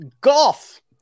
Golf